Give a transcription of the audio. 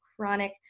chronic